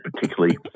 particularly